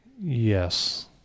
Yes